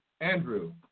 Andrew